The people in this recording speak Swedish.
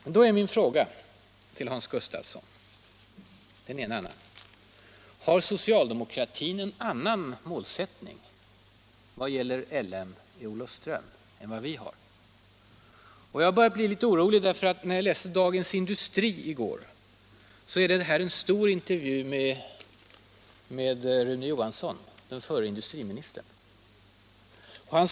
En av mina frågor till Hans Gustafsson är: Har socialdemokratin en annan målsättning när det gäller L M i Olofström än vi har? Jag började bli litet orolig när jag läste Dagens Industri i går. Där finns en stor intervju med Rune Johansson, den förre industriministern.